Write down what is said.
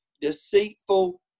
deceitful